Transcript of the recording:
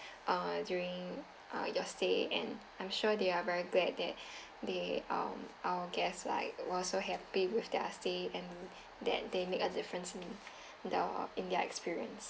uh during uh your stay and I'm sure they are very glad that they um our guests like were so happy with their stay and that they made a difference in the in their experience